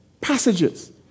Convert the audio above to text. passages